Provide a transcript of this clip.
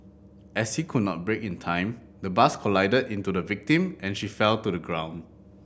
as he could not brake in time the bus collided into the victim and she fell to the ground